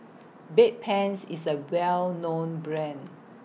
Bedpans IS A Well known Brand